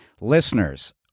listeners